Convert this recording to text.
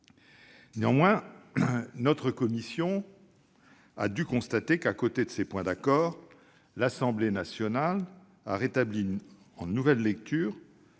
Néanmoins, notre commission a dû constater qu'à côté de ces points d'accord, l'Assemblée nationale avait rétabli en nouvelle lecture